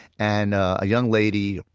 and a young lady,